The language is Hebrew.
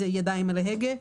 הוא ידיים על ההגה.